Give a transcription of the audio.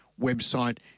website